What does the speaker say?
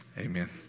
Amen